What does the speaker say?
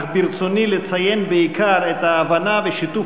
אך ברצוני לציין בעיקר את ההבנה ואת שיתוף